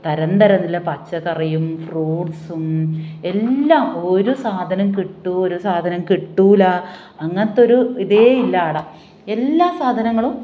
തരം തരം നല്ല പച്ചക്കറിയും ഫ്രൂട്സും എല്ലാം ഒരു സാധനം കിട്ടുമോ ഒരു സാധനം കിട്ടില്ല അങ്ങനത്തെ ഒരു ഇതേ ഇല്ല ആട എല്ലാ സാധനങ്ങളും